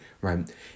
right